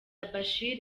bashir